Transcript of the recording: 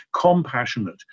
compassionate